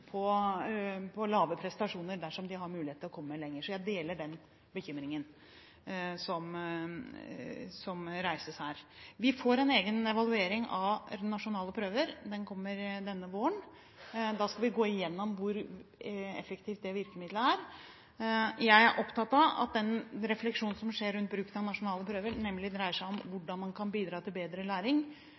har mulighet til å komme lenger. Så jeg deler den bekymringen det gis uttrykk for her. Vi får en egen evaluering av nasjonale prøver. Den kommer denne våren. Da skal vi gå igjennom hvor effektivt det virkemidlet er. Jeg er opptatt av at den refleksjonen som skjer rundt bruken av nasjonale prøver, nettopp dreier seg om hvordan man kan bidra til bedre læring